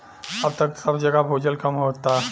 अब त सब जगह भूजल कम होता